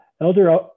Elder